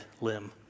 limb